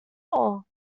all